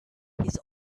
his